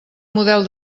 model